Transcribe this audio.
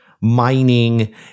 mining